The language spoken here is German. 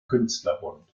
künstlerbund